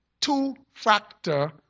two-factor